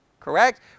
correct